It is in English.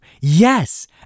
Yes